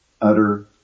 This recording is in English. utter